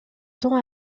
temps